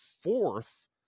fourth